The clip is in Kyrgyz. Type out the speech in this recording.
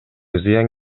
зыян